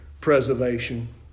preservation